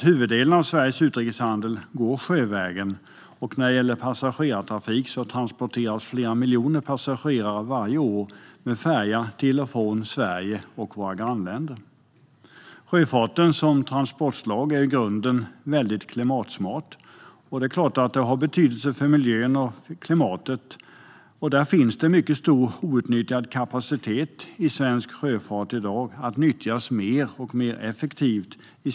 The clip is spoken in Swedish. Huvuddelen av Sveriges utrikeshandel går sjövägen, och när det gäller passagerartrafik transporteras flera miljoner passagerare varje år med färja till och från Sverige och våra grannländer. Sjöfarten som transportslag är i grunden mycket klimatsmart, och det har såklart betydelse för miljön och klimatet. Det finns mycket outnyttjad kapacitet i svensk sjöfart i dag, och den borde nyttjas mer och effektivare.